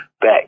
back